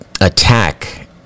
attack